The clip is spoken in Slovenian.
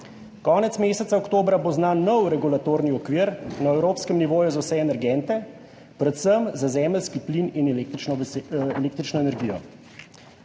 Konec meseca oktobra bo znan nov regulatorni okvir na evropskem nivoju za vse energente, predvsem za zemeljski plin in električno energijo.«